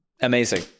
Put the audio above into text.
amazing